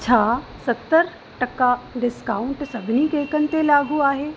छा सतरि टका डिस्काउंट सभिनी केकनि ते लागू आहे